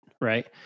right